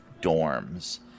dorms